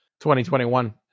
2021